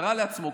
קרא לעצמו,